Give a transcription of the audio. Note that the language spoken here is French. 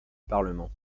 parlement